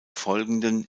folgenden